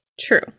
True